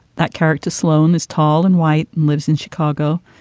that character, sloan, is tall and white and lives in chicago.